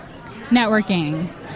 networking